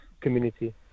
community